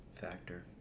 factor